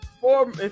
four